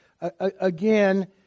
again